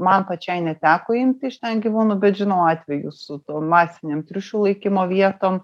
man pačiai neteko imti iš ten gyvūnų bet žinau atvejų su tuo masinėm triušių laikymo vietom